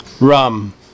Rum